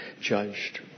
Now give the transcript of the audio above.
judged